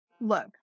look